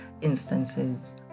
instances